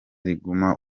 riguma